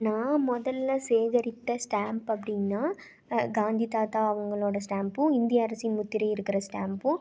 நான் முதல்ல சேகரித்த ஸ்டாம்ப் அப்படின்னா காந்தி தாத்தா அவங்களோட ஸ்டாம்பும் இந்திய அரசின் முத்திரை இருக்கிற ஸ்டாம்பும்